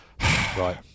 right